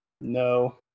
No